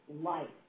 life